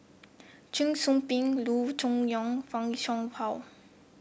Cheong Soo Pieng Loo Choon Yong Fan Shao Hua